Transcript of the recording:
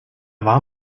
war